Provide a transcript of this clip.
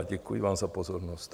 Děkuji vám za pozornost.